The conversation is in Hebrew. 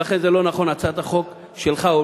ולכן לא נכונה הצעת החוק שלך.